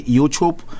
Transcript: Youtube